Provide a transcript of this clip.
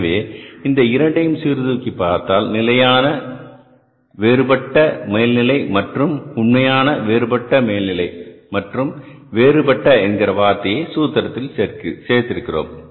எனவே இந்த இரண்டையும் சீர்தூக்கிப் பார்த்தால் நிலையான வேறுபட்ட மேல்நிலை மற்றும் உண்மையான வேறு பட்ட மேல்நிலை மற்றும் வேறுபட்ட என்கிற வார்த்தையை சூத்திரத்தில் சேர்த்திருக்கிறோம்